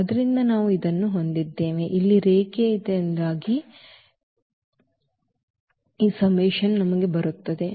ಆದ್ದರಿಂದ ನಾವು ಇದನ್ನು ಹೊಂದಿದ್ದೇವೆ ಇಲ್ಲಿ ರೇಖೀಯತೆಯಿಂದಾಗಿ ಇದು ಆಗಿರುತ್ತದೆ